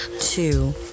two